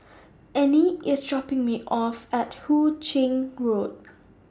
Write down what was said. Anie IS dropping Me off At Hu Ching Road